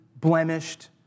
blemished